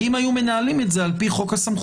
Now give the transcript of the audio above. אם היו מנהלים את זה על פי חוק הסמכויות,